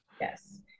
Yes